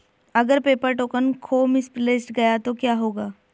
अगर paper token खो misplaced गया तो क्या होगा?